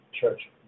church